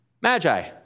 Magi